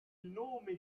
nome